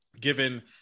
given